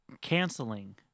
canceling